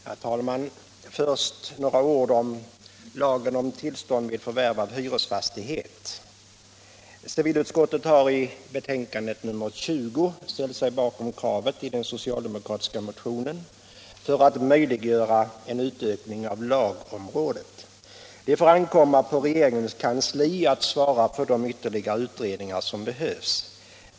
Herr talman! Först några ord om lagen om tillstånd till förvärv av hyresfastighet. Civilutskottet har i betänkandet 20 ställt sig bakom kravet i den socialdemokratiska motionen att möjliggöra en utökning av lagområdet. Det får ankomma på regeringens kansli att svara för de ytterligare utredningar som behövs.